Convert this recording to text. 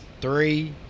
Three